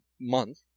month